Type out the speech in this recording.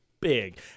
big